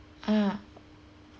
ah